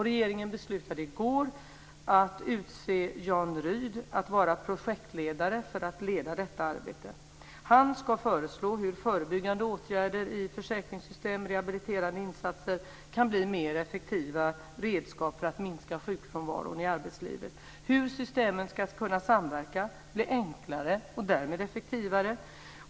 Regeringen beslutade i går att utse Jan Rydh att vara projektledare för att leda detta arbete. Han ska föreslå hur förebyggande åtgärder i försäkringssystem och rehabiliterande insatser kan bli mer effektiva redskap för att minska sjukfrånvaron i arbetslivet och hur systemen ska kunna samverka, bli enklare och därmed effektivare.